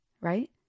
Right